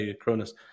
cronus